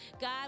God